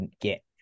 get